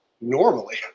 normally